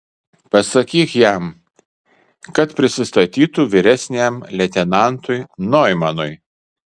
pasakyk jam kad prisistatytų vyresniajam leitenantui noimanui